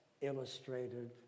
illustrated